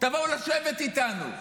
תבואו לשבת איתנו.